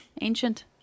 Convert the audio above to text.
Ancient